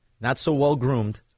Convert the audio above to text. not-so-well-groomed